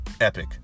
epic